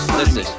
listen